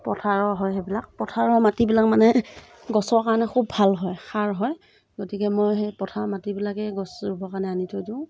পথাৰৰ হয় সেইবিলাক পথাৰৰ মাটবিলাক মানে গছৰ কাৰণে খুব ভাল হয় সাৰ হয় গতিকে মই সেই পথাৰৰ মাটিবিলাকেই গছ ৰুবৰ কাৰণে আনি থৈ দিওঁ